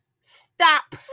stop